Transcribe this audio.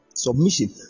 Submission